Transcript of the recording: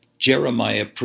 Jeremiah